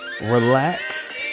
relax